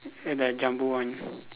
the Jumbo one